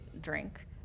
drink